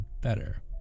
better